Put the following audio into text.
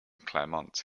claremont